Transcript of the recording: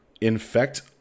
infect